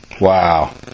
Wow